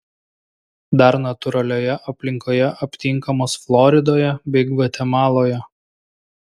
dar natūralioje aplinkoje aptinkamos floridoje bei gvatemaloje